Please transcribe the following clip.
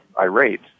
irate